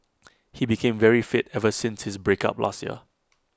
he became very fit ever since his breakup last year